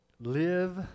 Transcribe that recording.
live